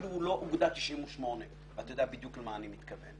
צה"ל הוא אפילו לא אוגדה 98 ואתה יודע בדיוק למה אני מתכוון.